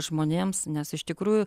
žmonėms nes iš tikrųjų